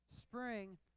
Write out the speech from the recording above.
spring